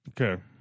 Okay